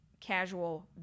casual